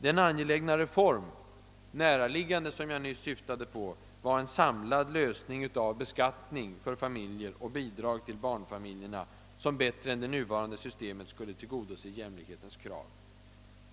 Den angelägna, näraliggande reform som jag nyss syftade på är en samlad lösning av beskattningen av familjer och bidragen till barnfamiljer, som bättre än det nuvarande systemet tillgodoser jämlikhetens krav.